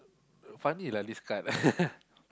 funny lah this card